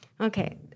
okay